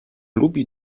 lubi